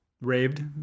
Raved